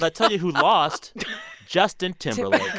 i'll tell you who lost justin timberlake.